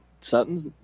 suttons